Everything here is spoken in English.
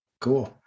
cool